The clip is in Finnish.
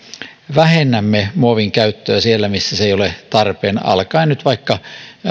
vähennämme muovin käyttöä siellä missä se ei ole tarpeen alkaen nyt vaikka